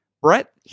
Brett